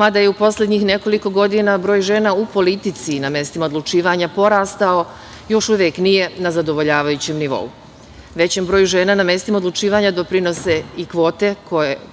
Mada je u poslednjih nekoliko godina broj žena u politici, na mestima odlučivanja, porastao, još uvek nije na zadovoljavajućem nivou. Većem broju žena na mestima odlučivanja doprinose i kvote